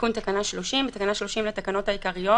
תיקון תקנה 30 בתקנה 30 לתקנות העיקריות